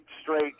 straight